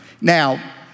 Now